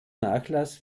nachlass